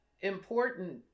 important